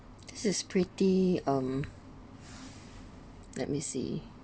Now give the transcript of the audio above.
this is pretty um let me see